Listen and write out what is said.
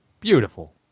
beautiful